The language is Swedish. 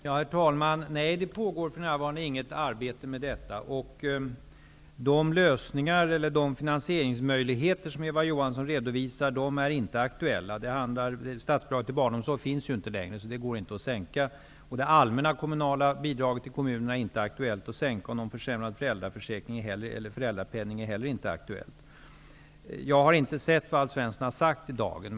Herr talman! Nej, det pågår för närvarande inte något arbete med detta. De finansieringsmöjligheter som Eva Johansson redovisar är inte aktuella. Något statsbidrag till barnomsorgen finns ju inte längre, så det går inte att sänka detta. Vidare är det inte aktuellt att sänka det allmänna kommunala bidraget till kommunerna, och någon försämring av föräldrapenningen är heller inte aktuell. Jag har inte tagit del av vad Alf Svensson har sagt i tidningen Dagen.